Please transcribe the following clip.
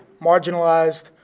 marginalized